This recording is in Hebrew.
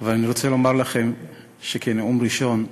אבל אני רוצה לומר לכם שבנאום ראשון,